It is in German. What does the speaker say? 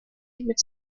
mit